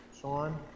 Sean